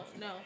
no